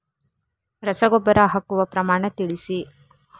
ರಸಗೊಬ್ಬರ ಹಾಕುವ ಪ್ರಮಾಣ ತಿಳಿಸಿ